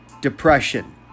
Depression